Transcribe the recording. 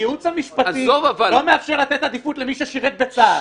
הייעוץ המשפטי לא מאפשר לתת עדיפות למי ששירת בצה"ל,